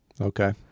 Okay